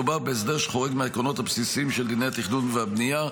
מדובר בהסדר שחורג מהעקרונות הבסיסיים של דיני התכנון והבנייה,